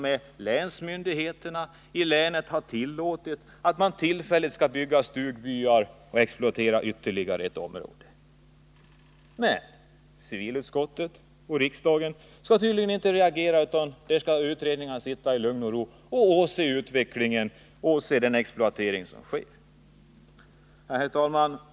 m. länsmyndigheterna har tillåtit byggande av stugbyar och exploatering av ytterligare ett område. Men civilutskottet och riksdagen skall tydligen inte reagera, utan utredningarna skall i lugn och ro åse utvecklingen av exploateringen på detta område. Herr talman!